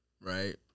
right